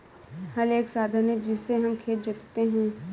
हल एक साधन है जिससे हम खेत जोतते है